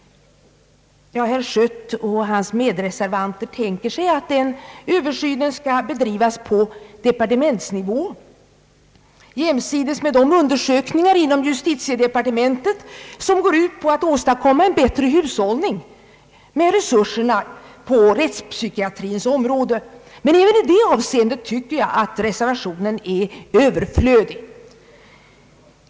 Herr Schött och hans medreservanter tänker sig att den översynen skall bedrivas på departementsnivå, jämsides med de undersökningar inom justitiedepartementet som syftar till att åstadkomma en bättre hushållning med resurserna på rättspsykiatrins område. Även i det avseendet anser jag reservationen Ööverflödig.